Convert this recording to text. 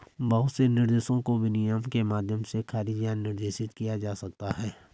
बहुत से निर्देशों को विनियमन के माध्यम से खारिज या निर्देशित किया जा सकता है